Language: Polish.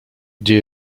gdzie